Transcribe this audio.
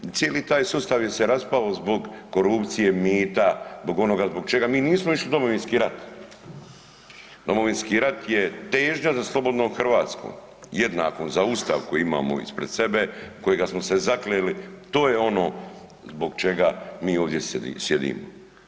Cijeli taj sustav je se raspao zbog korupcije, mita zbog onoga zbog čega mi nismo išli u Domovinski rat, Domovinski rat je težnja za slobodnom Hrvatskom, jednakom, za Ustav koji imamo ispred sebe u kojega smo se zakleli to je ono zbog čega mi ovdje sjedimo.